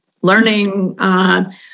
Learning